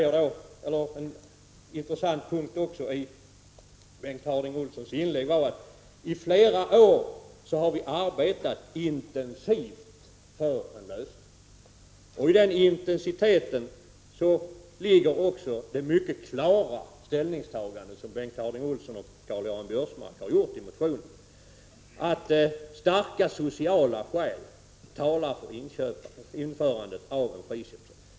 En annan intressant punkt i Bengt Harding Olsons inlägg var att han sade att man i flera års tid hade arbetat intensivt för en lösning på problemet. I den intensiteten ligger också det mycket klara ställningstagande som Bengt Harding Olson och Karl-Göran Biörsmark har gjort i motionen, att starka sociala skäl talar för införandet av en friköpsrätt.